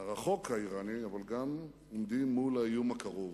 הרחוק האירני, אלא גם מול האיום הקרוב.